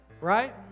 Right